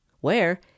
Where